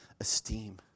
esteem